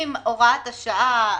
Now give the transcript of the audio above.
אם הוראת השעה